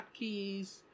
hotkeys